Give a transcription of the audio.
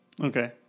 Okay